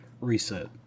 Reset